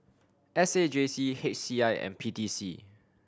S A J C H C I and P T C